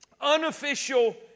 unofficial